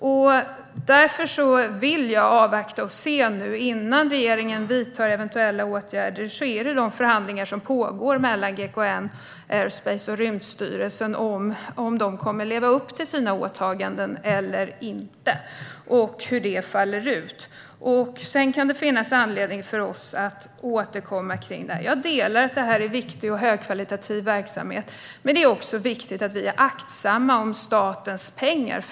Innan regeringen vidtar eventuella åtgärder vill jag därför avvakta och se hur de förhandlingar som pågår mellan GKN Aerospace och Rymdstyrelsen faller ut och om man kommer att leva upp till sina åtaganden eller inte. Sedan kan det finnas anledning för oss att återkomma om detta. Jag delar uppfattningen att detta är viktig och högkvalitativ verksamhet, men det är också viktigt att vi är aktsamma om statens pengar.